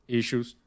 issues